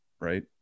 right